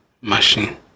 machine